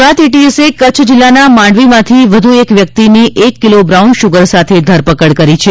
ગુજરાત એટીએસએ કચ્છ જિલ્લાના માંડવીમાંથી વધુ એક વ્યક્તિની એક કિલો બ્રાઉન સુગર સાથે ધરપકડ કરી છે